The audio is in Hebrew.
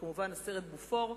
וכמובן הסרט "בופור",